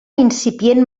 incipient